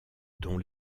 dont